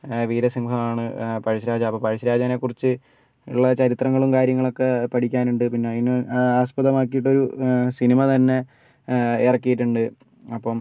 വീരസിംഹമാണ് പഴശ്ശി രാജാവ് അപ്പോൾ പഴശ്ശി രാജാവിനെ കുറിച്ച് ഉള്ള ചരിത്രങ്ങളും കാര്യങ്ങളൊക്കെ പഠിക്കാനുണ്ട് പിന്നെ അതിനു ആസ്പദമാക്കിയിട്ടൊരു സിനിമ തന്നെ ഇറക്കിയിട്ടുണ്ട് അപ്പം